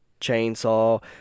chainsaw